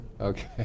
Okay